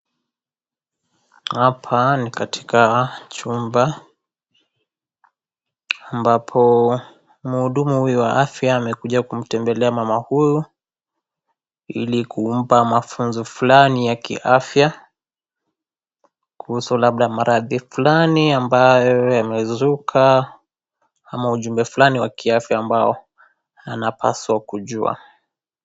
Hapa ni katika chumba, ambapo, mhudumu huyu wa afya amekuja kumtembelea mama huyu, ili kumpa mafunzo fulani ya kiafya, kuhusu labda maradhi fulani ambayo yamezuka, ama ujumbe fulani wa kiafya ambao anapaswa kujua.